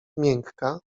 miękka